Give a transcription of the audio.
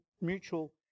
mutual